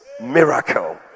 miracle